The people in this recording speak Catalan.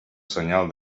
senyal